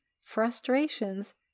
frustrations